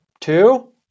Two